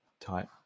type